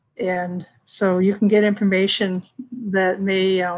and so you can get information that may